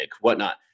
whatnot